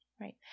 Right